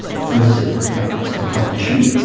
first it affects the cognition,